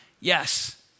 Yes